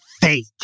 fake